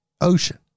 Ocean